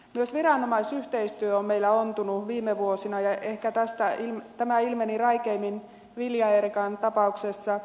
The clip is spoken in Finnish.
myös viranomaisyhteistyö on meillä ontunut viime vuosina ja ehkä tämä ilmeni räikeimmin vilja eerikan tapauksessa